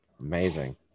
Amazing